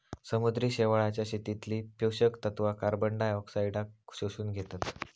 समुद्री शेवाळाच्या शेतीतली पोषक तत्वा कार्बनडायऑक्साईडाक शोषून घेतत